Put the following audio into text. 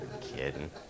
Kidding